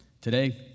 Today